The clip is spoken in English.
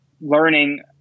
learning